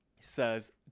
says